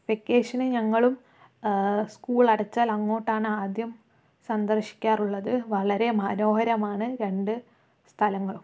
വെക്കേഷന് ഞങ്ങളും സ്കൂൾ അടച്ചാൽ അങ്ങോട്ടാണ് ആദ്യം സന്ദർശിക്കാറുള്ളത് വളരെ മനോഹരമാണ് രണ്ട് സ്ഥലങ്ങളും